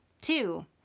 Two